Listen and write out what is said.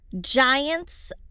Giants